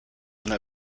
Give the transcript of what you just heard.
una